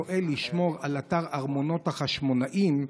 לשמור על אתר ארמונות החשמונאים,